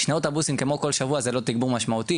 שני אוטובוסים כמו בכל שבוע זה לא תגבור משמעותי.